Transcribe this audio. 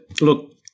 Look